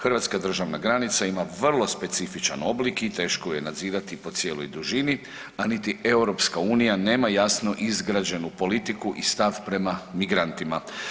Hrvatska državna granica ima vrlo specifičan oblik i teško ju je nadzirati po cijeloj dužini, a niti Europska unija nema jasno izgrađenu politiku i stav prema migrantima.